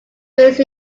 based